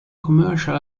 commercial